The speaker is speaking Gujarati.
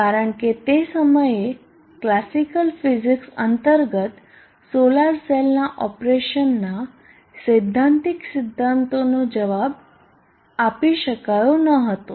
કારણ કે તે સમયે ક્લાસિકલ ફીઝિક્સ અંતર્ગત સોલાર સેલના ઓપરેશનના સૈદ્ધાંતિક સિદ્ધાંતોનો જવાબ આપી શકાયો ન હતો